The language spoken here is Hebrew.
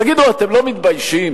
תגידו, אתם לא מתביישים,